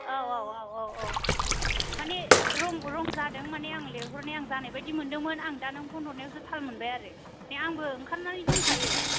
औ औ औ औ औ माने रं जादों माने आं लिंहरनाया जानाय बायदि मोनदोंमोन आं दा नों फन हरनायावसो थाल मोनबाय आरो नै आंबो ओंखारनानै दंखायो